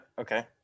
okay